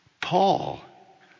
Paul